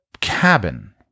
cabin